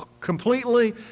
completely